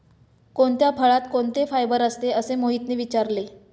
कोणत्या फळात कोणते फायबर असते? असे मोहितने विचारले